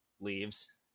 leaves